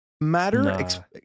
matter